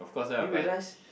did you realise